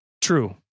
True